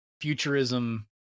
futurism